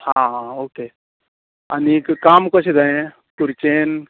आं हां हां ओके आनीक काम कशें जायें खुर्चेन